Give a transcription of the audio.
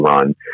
run